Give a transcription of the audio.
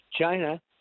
China